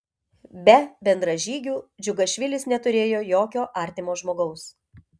be bendražygių džiugašvilis neturėjo jokio artimo žmogaus